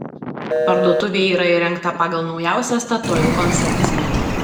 parduotuvė yra įrengta pagal naujausią statoil koncepciją